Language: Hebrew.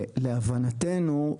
להבנתנו,